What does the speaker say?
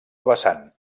vessant